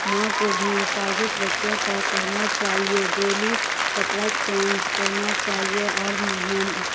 ماں کو بھی حفاجت بچہ کا کرنا چاہیے ڈیلی کپڑا چینج کرنا چاہیے اور نہانا